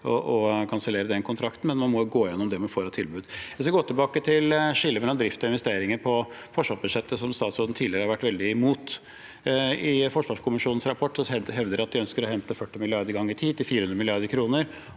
å kansellere den kontrakten, men man må gå gjennom det man får av tilbud. Jeg vil gå tilbake til skillet mellom drift og investeringer på forsvarsbudsjettet, som statsråden tidligere har vært veldig imot. I forsvarskommisjonens rapport hevder de at de ønsker å hente 40 mrd. kr ganger ti – 400 mrd. kr